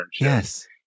Yes